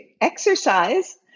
exercise